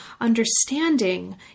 understanding